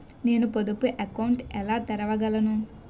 నేను పొదుపు అకౌంట్ను ఎలా తెరవగలను?